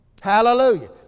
Hallelujah